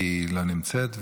כי היא לא נמצאת,